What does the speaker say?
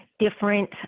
different